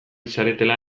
zaretela